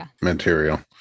material